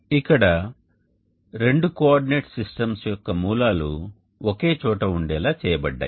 ఇక్కడ రెండు coordinate systems యొక్క మూలాలు ఒకే చోట ఉండేలా చేయబడ్డాయి